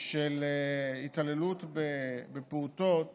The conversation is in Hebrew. של התעללות בפעוטות